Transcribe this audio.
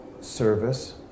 service